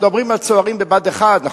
אנחנו מדברים על צוערים בבה"ד 1,